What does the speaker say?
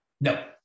No